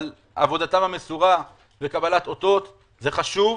עבודתם המסורה וקבלת אותות - זה חשוב.